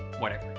whatever.